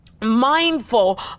mindful